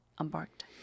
embarked